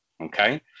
Okay